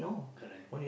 correct